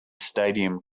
stadium